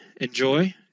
enjoy